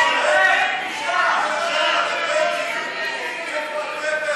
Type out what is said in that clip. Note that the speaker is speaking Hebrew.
ההצעה להעביר את